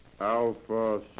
Alpha